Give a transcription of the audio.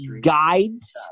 guides